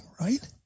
right